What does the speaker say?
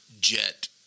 Jet